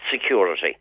security